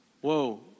Whoa